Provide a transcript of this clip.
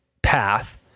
path